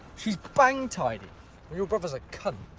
she's bang tighty and your brother's a cunt.